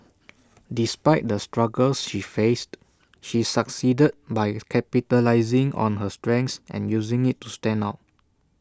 despite the struggles she faced she succeeded by capitalising on her strengths and using IT to stand out